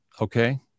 Okay